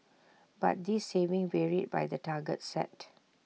but this saving varied by the targets set